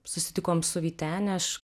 susitikom su vytene aš